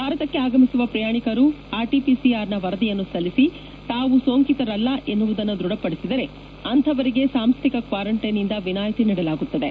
ಭಾರತಕ್ಕೆ ಆಗಮಿಸುವ ಪ್ರಯಾಣಕರು ಆರ್ಟಿಪಿಸಿಆರ್ನ ವರದಿಯನ್ನು ಸಲ್ಲಿಸಿ ತಾವು ಸೋಂಕಿತರಲ್ಲ ಎನ್ನುವುದನ್ನು ದೃಢಪಡಿಸಿದರೆ ಅಂತವರಿಗೆ ಸಾಂಸ್ಥಿಕ ಕ್ವಾರಂಟೈನ್ನಿಂದ ವಿನಾಯಿತಿ ನೀಡಲಾಗುತ್ತದೆ